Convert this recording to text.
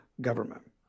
government